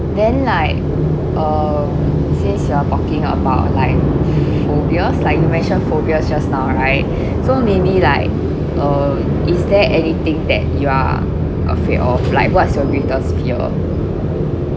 then like uh since you are talking about like phobias like you mentioned about phobias just now right so maybe like uh is there anything that you are afraid of like what's your greatest fear